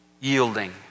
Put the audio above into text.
yielding